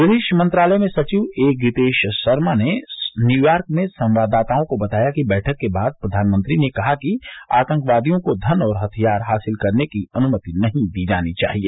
विदेश मंत्रालय में सचिव ए गीतेश सरमा ने न्यूयार्क में संवाददाताओं को बताया कि बैठक के बाद प्रधानमंत्री ने कहा कि आतंकवादियों को धन और हथियार हासिल करने की अनुमति नहीं दी जानी चाहिए